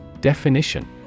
Definition